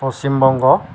Paschimbanga